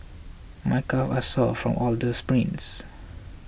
my calves sore from all the sprints